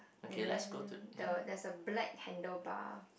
and then the there's a black handle bar